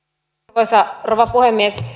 arvoisa rouva puhemies